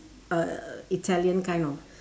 uh italian kind of